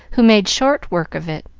who made short work of it.